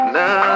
Now